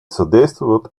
содействовать